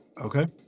Okay